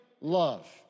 love